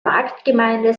marktgemeinde